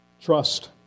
trust